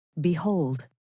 Behold